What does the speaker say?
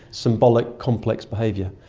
symbolic complex behaviour.